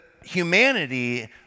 humanity